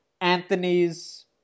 Anthony's